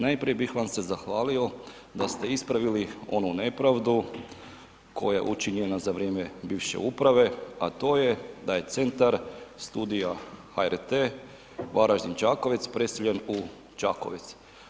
Najprije bih vam se zahvalio da ste ispravili onu nepravdu koja je učinjena za vrijeme bivše uprave a to je da je Centar studija HRT-a Varaždin-Čakovec preseljen u Čakovec.